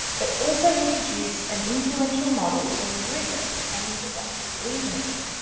but also introduced an influential model of rigour and deductive reasoning.